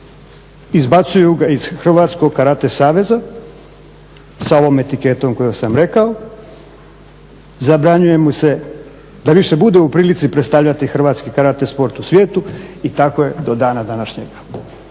izbacuju ga iz Hrvatskog karate saveza sa ovom etiketom koju sam rekao. Zabranjuje mu se da više bude u prilici predstavljati hrvatski karate sport u svijetu i tako je do dana današnjega.